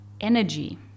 energy